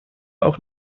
auch